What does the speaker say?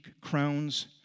crowns